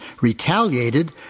retaliated